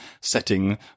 setting